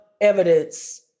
evidence